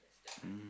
mm